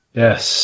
yes